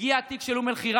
הגיע התיק של אום אל-חיראן,